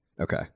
okay